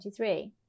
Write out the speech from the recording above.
2023